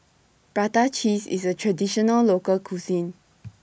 Prata Cheese IS A Traditional Local Cuisine